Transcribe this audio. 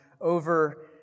over